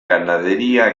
ganadería